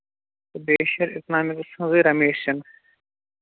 تہٕ بیشر اِکنامِکَس منٛزٕے رمیش چَن